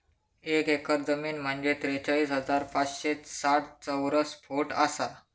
एक एकर जमीन म्हंजे त्रेचाळीस हजार पाचशे साठ चौरस फूट आसा